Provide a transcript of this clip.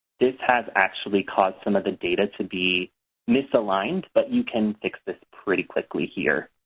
this has actually caused some of the data to be misaligned but you can fix this pretty quickly here.